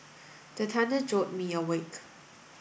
the thunder jolt me awake